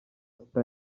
sita